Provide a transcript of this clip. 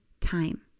time